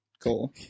cool